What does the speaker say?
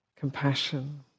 compassion